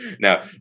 Now